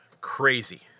crazy